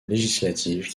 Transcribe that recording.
législatives